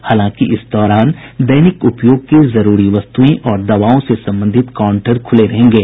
हालांकि इस दौरान दैनिक उपयोग की जरूरी वस्तुएं और दवाओं से संबंधित काउंटर खुले रहेंगे